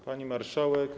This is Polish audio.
Pani Marszałek!